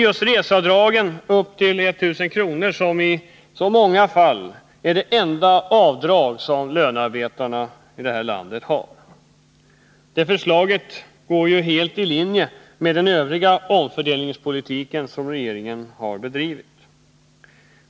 Just reseavdragen upp till 1 000 kr. är ju i många fall de enda avdrag som lönarbetarna har. Det förslaget går helt i linje med övrig omfördelningspolitik som regeringen har bedrivit.